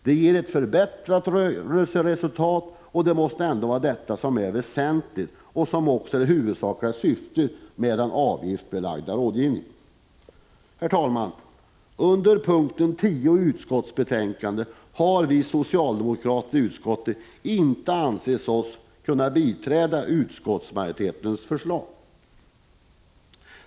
Det ger ett förbättrat rörelseresultat, och det måste vara detta som är det väsentliga och också det huvudsakliga syftet med den avgiftsbelagda rådgivningen. Herr talman! Under punkt 10 i utskottsbetänkandet har vi socialdemokrater i utskottet inte ansett oss kunna bidräda utskottsmajoritetens förslag.